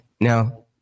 Now